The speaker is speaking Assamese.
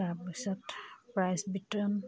তাৰপিছত প্ৰাইজ বিতৰণ